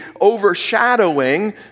overshadowing